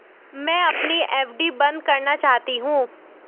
मैं अपनी एफ.डी बंद करना चाहती हूँ